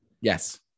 Yes